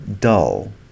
dull